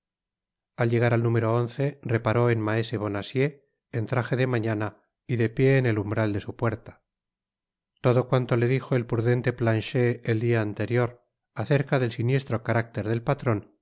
al llegar al número once reparó en maese bonacieux en traje de mañana y de pié en el umbral de su puerta todo cuanto le dijo el prudente ptanchet el dia anterior acerca del siniestro carácter del patron se